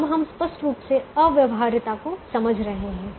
अब हम स्पष्ट रूप से अव्यवहार्यता को समझ रहे हैं